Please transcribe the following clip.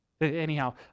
Anyhow